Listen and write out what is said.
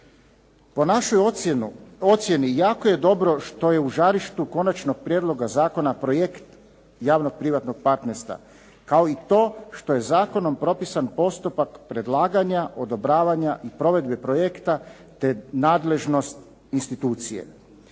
Po našoj ocjeni jako je dobro što je u žarištu Konačnog prijedloga zakona projekt javno-privatnog partnerstva kao i to što je zakonom propisan postupak predlaganja, odobravanja i provedbe projekta, te nadležnost institucije.